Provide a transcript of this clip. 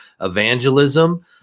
evangelism